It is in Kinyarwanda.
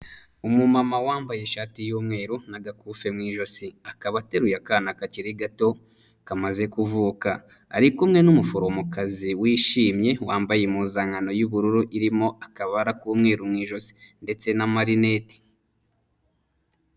Umumama wambaye ishati y'umweru n'agakufe mu ijosi, akaba ateruye akana kakiri gato kamaze kuvuka, ari kumwe n'umuforomokazi wishimye wambaye impuzankano y'ubururu irimo akabara k'umweru mu ijosi ndetse n'amarinete.